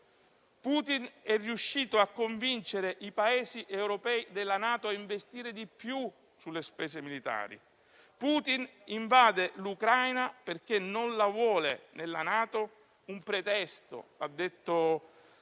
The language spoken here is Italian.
Putin è riuscito a convincere i Paesi europei della NATO a investire di più sulle spese militari. Putin invade l'Ucraina perché non la vuole nella NATO - un pretesto, come ha detto anche